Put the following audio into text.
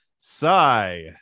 sigh